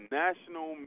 national